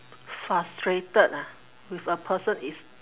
frustrated ah with a person is